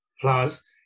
Plus